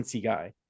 guy